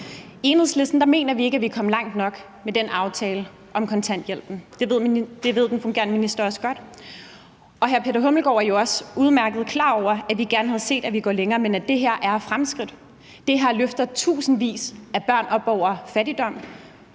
I Enhedslisten mener vi ikke, at vi kom langt nok med den aftale om kontanthjælpen. Det ved den fungerende minister også godt. Og den fungerende beskæftigelsesminister er jo også udmærket klar over, at vi gerne havde set, at man gik længere, men at det her er et fremskridt. Det her løfter tusindvis af børn op over fattigdom,